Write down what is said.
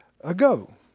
ago